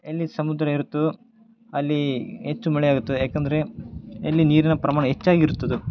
ಎಲ್ಲಿ ಸಮುದ್ರ ಇರುತ್ತದೋ ಅಲ್ಲಿ ಹೆಚ್ಚು ಮಳೆ ಆಗುತ್ತದೆ ಯಾಕಂದರೆ ಎಲ್ಲಿ ನೀರಿನ ಪ್ರಮಾಣ ಹೆಚ್ಚಾಗಿರುತ್ತದೋ